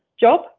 job